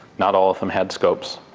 not all of them had scopes.